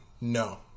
No